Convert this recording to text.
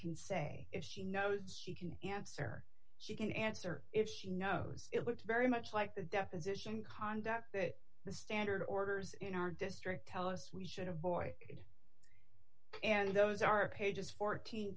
can say if she knows she can answer she can answer if she knows it looks very much like the deposition conduct that the standard orders in our district tell us we should have boy and those are pages fourteen